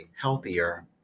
healthier